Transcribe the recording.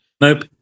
Nope